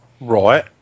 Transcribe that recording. Right